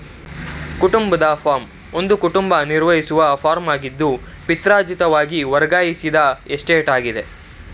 ಕುಟುಂಬದ ಫಾರ್ಮ್ ಒಂದು ಕುಟುಂಬ ನಿರ್ವಹಿಸುವ ಫಾರ್ಮಾಗಿದ್ದು ಪಿತ್ರಾರ್ಜಿತವಾಗಿ ವರ್ಗಾಯಿಸಿದ ಎಸ್ಟೇಟಾಗಿದೆ